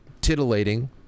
titillating